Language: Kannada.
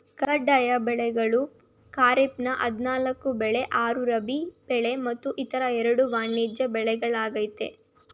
ಕಡ್ಡಾಯ ಬೆಳೆಗಳು ಖಾರಿಫ್ನ ಹದಿನಾಲ್ಕು ಬೆಳೆ ಆರು ರಾಬಿ ಬೆಳೆ ಮತ್ತು ಇತರ ಎರಡು ವಾಣಿಜ್ಯ ಬೆಳೆಗಳಾಗಯ್ತೆ